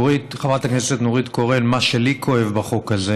חברת הכנסת נורית קורן, מה שלי כואב בחוק הזה